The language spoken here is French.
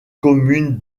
commune